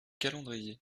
calendrier